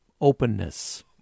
openness